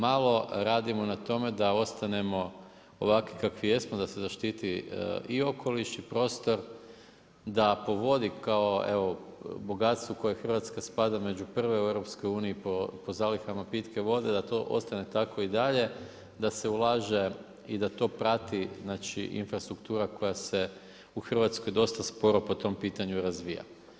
Malo radimo na tome da ostanemo ovakvi kakvi jesmo, da se zaštiti i okoliš i prostor, da povodi kao evo bogatstvo koju Hrvatska spada među prve u EU po zalihama pitke vode, da to ostane tako i dalje, da se ulaže i da to prati znači infrastruktura koja se u Hrvatskoj dosta sporo po tom pitanju razvija.